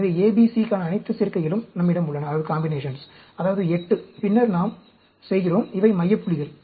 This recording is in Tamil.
எனவே A B C க்கான அனைத்து சேர்க்கைகளும் நம்மிடம் உள்ளன அதாவது 8 பின்னர் நாம் செய்கிறோம் இவை மைய புள்ளிகள்